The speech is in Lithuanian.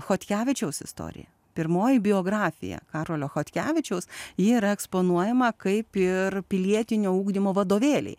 chodkevičiaus istorija pirmoji biografija karolio chodkevičiaus ji yra eksponuojama kaip ir pilietinio ugdymo vadovėliai